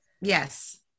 Yes